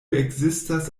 ekzistas